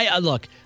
Look